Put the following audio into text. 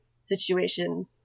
situation